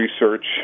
research